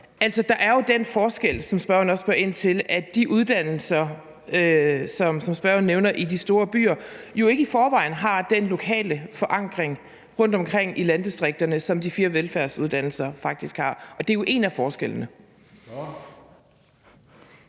Der er jo den forskel, som spørgeren også siger, at de uddannelser, som spørgeren nævner, i de store byer ikke i forvejen har den lokale forankring rundtomkring i landdistrikterne, som de fire velfærdsuddannelser faktisk har. Det er jo en af forskellene.